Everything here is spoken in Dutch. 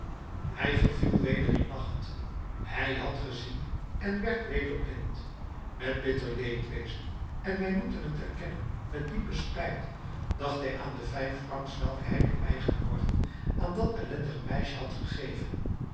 hij verviel weder in nacht hij had gezien en werd weder blind met bitter leedwezen en wij moeten t erkennen met diepen spijt dacht hij aan de vijf francs welke hij dien eigen morgen aan dat ellendig meisje had gegeven